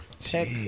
Check